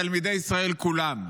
תלמידי ישראל כולם,